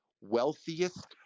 wealthiest